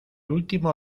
último